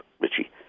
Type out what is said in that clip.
Richie